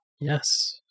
Yes